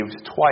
twice